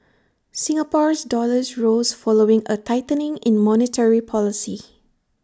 Singapore's dollar rose following A tightening in monetary policy